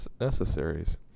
necessaries